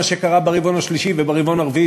שקרה ברבעון השלישי וברבעון הרביעי,